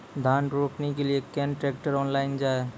धान रोपनी के लिए केन ट्रैक्टर ऑनलाइन जाए?